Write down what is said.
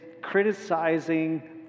criticizing